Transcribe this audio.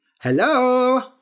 Hello